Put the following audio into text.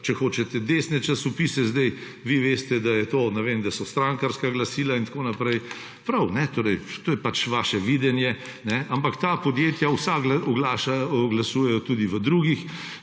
če hočete, v desne časopise. Sedaj vi veste, ne vem, da so to strankarska glasila in tako naprej. Prav! To je pač vaše videnje, ampak ta podjetja vsa oglašujejo tudi v drugih.